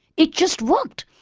it just worked.